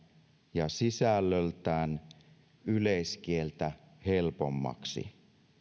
ja sisällöltään yleiskieltä helpommaksi